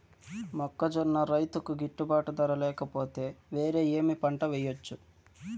మొక్కజొన్న రైతుకు గిట్టుబాటు ధర లేక పోతే, వేరే ఏమి పంట వెయ్యొచ్చు?